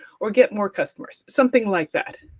or get more customers something like that.